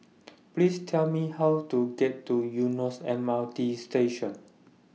Please Tell Me How to get to Eunos M R T Station